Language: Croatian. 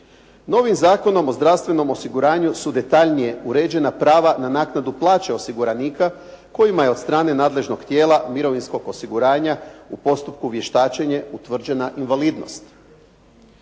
Novim Zakonom o zdravstvenom osiguranju su detaljnije uređena prava na naknadu plaće osiguranika kojima je od strane nadležnog tijela mirovinskog osiguranja u postupku vještačenja utvrđena invalidnost.